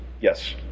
Yes